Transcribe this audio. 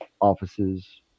offices